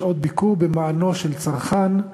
שעות ביקור במענו של צרכן),